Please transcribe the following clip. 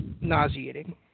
nauseating